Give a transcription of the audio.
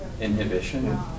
inhibition